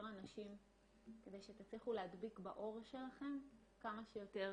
אנשים כדי שתצליחו להדביק באור שלכם כמה שיותר